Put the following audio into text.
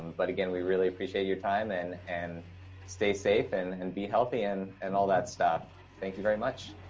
but again, we really appreciate your time and and stay safe and and be healthy and and all that stuff. thank you very much.